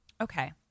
Okay